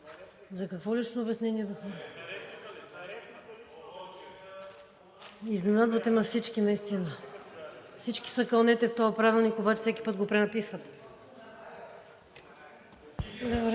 За какво лично обяснение? (Шум и реплики.) Изненадвате ме всички, наистина. Всички се кълнете в този правилник обаче всеки път го пренаписвате.